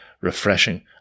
refreshing